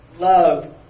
Love